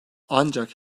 ancak